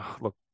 Look